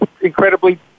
incredibly